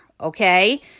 okay